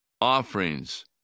offerings